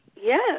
Yes